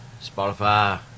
Spotify